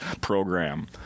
program